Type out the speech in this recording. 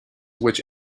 which